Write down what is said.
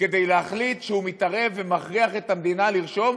כדי להחליט שהוא מתערב ומכריח את המדינה לרשום,